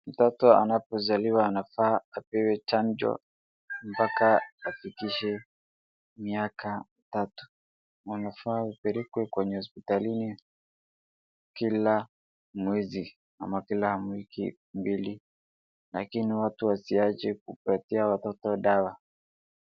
Mtoto anapozaliwa anapaswa kupewa chanjo hadi afikie miaka mitatu. Chanjo zinatolewa hospitalini kwa kila mtoto au kila baada ya miezi miwili. Watu wanahimizwa kuwapa watoto dawa zinazohitajika.